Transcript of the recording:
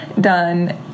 done